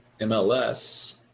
MLS